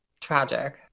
tragic